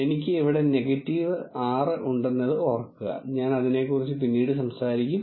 എനിക്ക് ഇവിടെ നെഗറ്റീവ് 6 ഉണ്ടെന്ന് ഓർക്കുക ഞാൻ അതിനെക്കുറിച്ച് പിന്നീട് സംസാരിക്കും